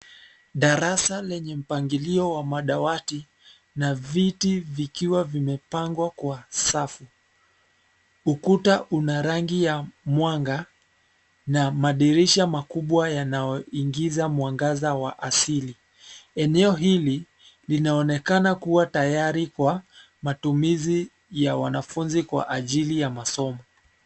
Darasa lenye mpangilio wa madawati na viti vikiwa vimepangwa kwa safu. Ukuta una rangi wa mwanga na madirisha makubwa yanayoingiza mwangaza wa asili. Eneo hili linaonekana kua tayari kwa matumizi ya wanafunzi kwa ajili ya masomo.